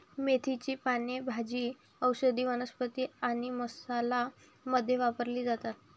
मेथीची पाने भाजी, औषधी वनस्पती आणि मसाला मध्ये वापरली जातात